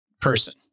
person